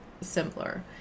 simpler